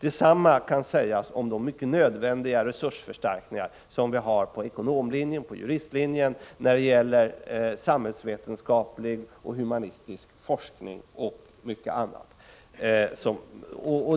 Detsamma kan sägas om de mycket behövliga förstärkningarna på ekonomlinjen, på juristlinjen, när det gäller samhällsvetenskaplig och humanistisk forskning och mycket annat.